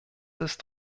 ist